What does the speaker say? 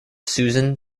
susan